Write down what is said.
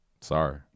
sorry